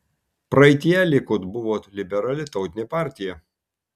praeityje likud buvo liberali tautinė partija